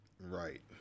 Right